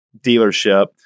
dealership